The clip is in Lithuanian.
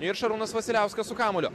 ir šarūnas vasiliauskas su kamuoliu